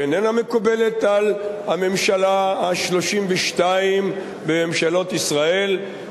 שאיננה מקובלת על הממשלה ה-32 בממשלות ישראל,